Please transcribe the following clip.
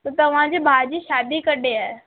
त तव्हांजे भाउ जी शादी कॾहिं आहे